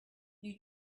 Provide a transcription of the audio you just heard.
you